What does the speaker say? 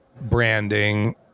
branding